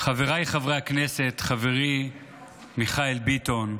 חבריי חברי הכנסת, חברי מיכאל ביטון,